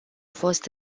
fost